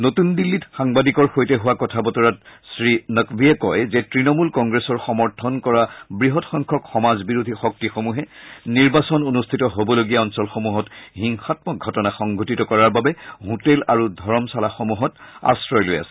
নতুন দিল্লীত সাংবাদিকৰ সৈতে হোৱা কথা বতৰাত শ্ৰীনক্ভীয়ে কয় যে ত্তণমল কংগ্ৰেছৰ সমৰ্থন কৰা বৃহৎ সংখ্যক সমাজ বিৰোধী শক্তিসমূহে নিৰ্বাচন অনুষ্ঠিত হবলগীয়া অঞ্চলসমূহত হিংসাম্মক ঘটনা সংঘটিত কৰাৰ বাবে হোটেল আৰু ধৰমশালাসমূহত আশ্ৰয় লৈ আছে